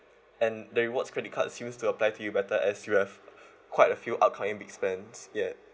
and the rewards credit card seems to apply to you better as you have quite a few upcoming big spends ya